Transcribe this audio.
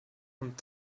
und